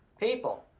people,